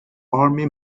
army